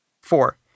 Four